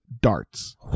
darts